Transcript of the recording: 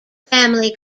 family